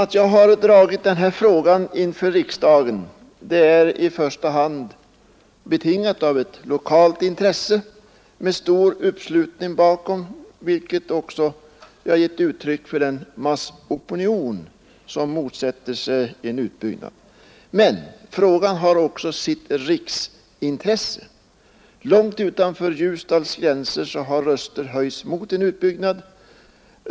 Att jag har dragit denna fråga inför riksdagen är i första hand betingat av ett lokalt intresse med stor uppslutning bakom, vilket också har tagit sig uttryck i en massopinion som motsätter sig en utbyggnad. Men frågan har också sitt riksintresse. Långt utanför Ljusdals gränser har röster höjts mot en utbyggnad.